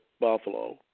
Buffalo